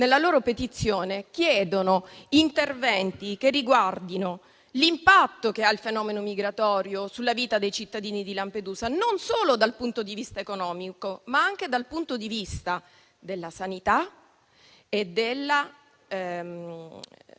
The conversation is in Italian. nella loro petizione chiedono interventi che riguardino l'impatto che ha il fenomeno migratorio sulla vita dei cittadini di Lampedusa, non solo dal punto di vista economico, ma anche dal punto di vista della sanità e